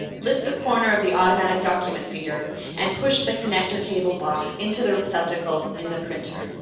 lift the corner of the automatic document feeder and push the connector cable box into the receptacle in the printer.